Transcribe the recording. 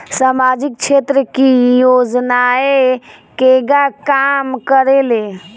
सामाजिक क्षेत्र की योजनाएं केगा काम करेले?